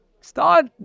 Start